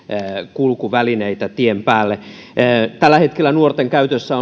kulkuvälineitä tien päälle tällä hetkellä nuorten käytössä